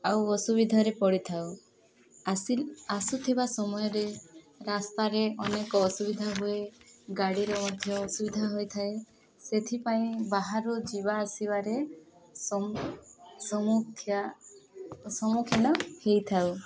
ଆଉ ଅସୁବିଧାରେ ପଡ଼ିଥାଉ ଆସି ଆସୁଥିବା ସମୟରେ ରାସ୍ତାରେ ଅନେକ ଅସୁବିଧା ହୁଏ ଗାଡ଼ିରେ ମଧ୍ୟ ଅସୁବିଧା ହୋଇଥାଏ ସେଥିପାଇଁ ବାହାରୁ ଯିବା ଆସିବାରେ ସମ୍ମୁଖୀନ ହୋଇଥାଉ